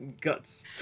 guts